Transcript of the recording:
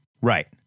Right